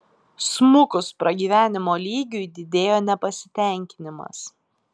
smukus pragyvenimo lygiui didėjo nepasitenkinimas